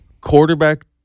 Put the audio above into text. Quarterback